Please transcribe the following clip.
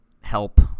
help